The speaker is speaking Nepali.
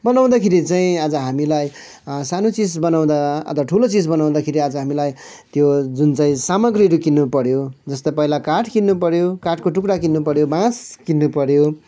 बनाउँदाखेरि चाहिँ आज हामीलाई सानो चिज बनाउँदा अथवा ठुलो चिज बनाउँदाखेरि आज हामीलाई त्यो जुन चाहिँ सामाग्रीहरू किन्नु पऱ्यो जस्तो पहिला काठ किन्नु पऱ्यो काठको टुक्रा किन्नु पऱ्यो बाँस किन्नु पऱ्यो